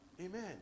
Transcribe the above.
Amen